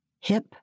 hip